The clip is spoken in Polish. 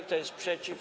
Kto jest przeciw?